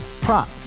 Prop